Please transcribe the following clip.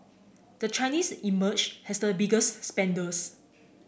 the Chinese emerge as the biggest spenders